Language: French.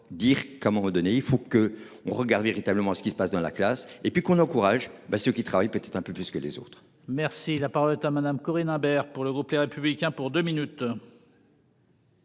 dire comment redonner. Il faut que on regarde véritablement à ce qui se passe dans la classe et puis qu'on encourage ben ce qui travaillent peut-être un peu plus que les autres. Merci la parole est à madame Corinne Imbert pour le groupe Les Républicains pour 2 minutes.